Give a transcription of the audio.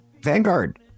Vanguard